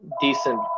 decent